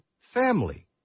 family